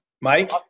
Mike